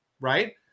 Right